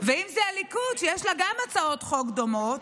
ואם זה הליכוד, שיש לו גם הצעות חוק דומות,